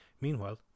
Meanwhile